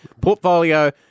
Portfolio